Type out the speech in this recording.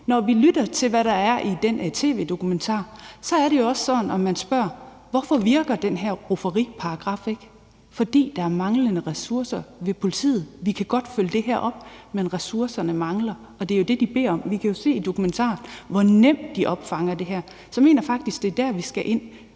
Når vi lytter til, hvad der er i den tv-dokumentar, er det jo også sådan, at man spørger, hvorfor den her rufferiparagraf ikke virker. Det er, fordi der er manglende ressourcer ved politiet. Vi kan godt følge det her op, men ressourcerne mangler, og det er jo det, de beder om. Vi kan jo se i dokumentaren, hvor nemt de opfanger det her. Så jeg mener faktisk, at det er der, vi skal ind.